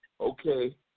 okay